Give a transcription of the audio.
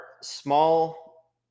small